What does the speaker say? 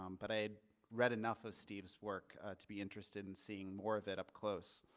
um but i'd read enough of steve's work to be interested in seeing more of it up close.